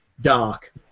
dark